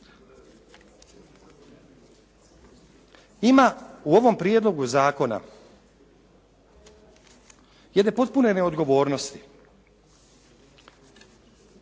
Ima u ovom prijedlogu zakona jedne potpune neodgovornosti.